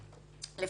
כאמור